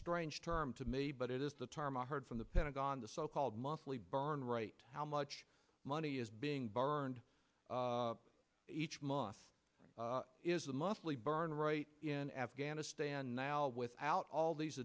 strange term to me but it is the term i heard from the pentagon the so called monthly burn right how much money is being burned each month is the muscly burn right in afghanistan now without all these